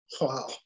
Wow